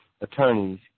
attorneys